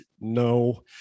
no